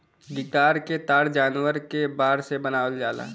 guitar क तार जानवर क बार से बनावल जाला